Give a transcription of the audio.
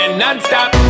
non-stop